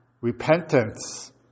repentance